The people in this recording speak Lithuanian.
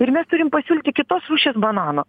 ir mes turim pasiūlyti kitos rūšies bananą